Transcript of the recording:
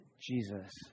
Jesus